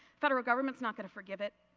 federal government is not going to forgive it.